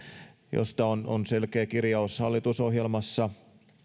josta on on selkeä kirjaus hallitusohjelmassa